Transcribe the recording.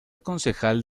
concejal